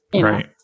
Right